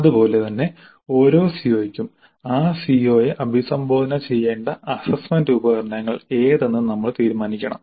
അതുപോലെ തന്നെ ഓരോ സിഒയ്ക്കും ആ സിഒയെ അഭിസംബോധന ചെയ്യേണ്ട അസ്സസ്സ്മെന്റ് ഉപകരണങ്ങൾ ഏതെന്ന് നമ്മൾ തീരുമാനിക്കണം